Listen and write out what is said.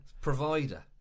provider